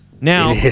Now